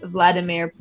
Vladimir